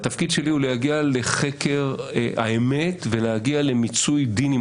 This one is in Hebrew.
והתפקיד שלי הוא להגיע לחקר האמת ולהגיע למיצוי דין עם